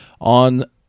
on